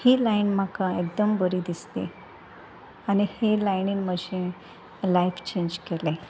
ही line म्हाका एकदम बरी दिसली आनी ही लायनीन म्हजें लायफ चेंज केलें